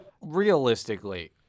Realistically